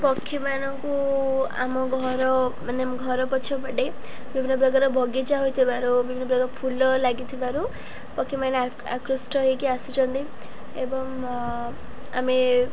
ପକ୍ଷୀମାନଙ୍କୁ ଆମ ଘର ମାନେ ଘର ପଛପଟେ ବିଭିନ୍ନ ପ୍ରକାର ବଗିଚା ହୋଇଥିବାରୁ ବିଭିନ୍ନ ପ୍ରକାର ଫୁଲ ଲାଗିଥିବାରୁ ପକ୍ଷୀମାନେ ଆ ଆକୃଷ୍ଟ ହେଇକି ଆସୁଛନ୍ତି ଏବଂ ଆମେ